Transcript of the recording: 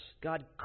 God